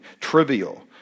trivial